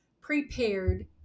prepared